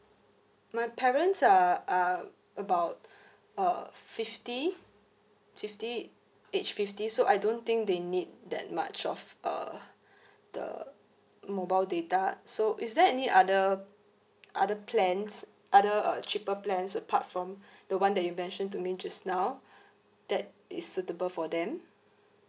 my parents are uh about uh fifty fifty age fifty so I don't think they need that much of uh the mobile data so is there any other other plans other uh cheaper plans apart from the one that you mentioned to me just now that is suitable for them